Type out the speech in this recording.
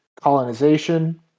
colonization